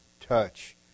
touch